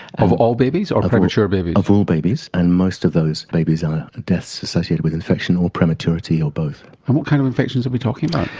of all babies or of premature babies? of all babies and most of those babies are deaths associated with infection or prematurity or both. and what kind of infections are we talking about?